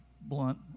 blunt